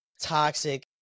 toxic